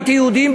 אנטי-יהודיים,